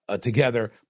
together